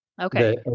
okay